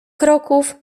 kroków